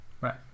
Right